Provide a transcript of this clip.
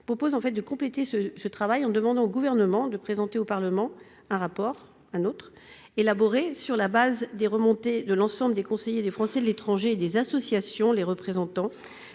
a pour objet de compléter ce travail, en demandant au Gouvernement de présenter au Parlement un rapport élaboré sur la base des remontées de l'ensemble des conseillers des Français de l'étranger et des associations les représentant.